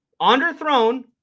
Underthrown